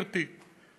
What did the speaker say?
גברתי.